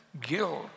Guilt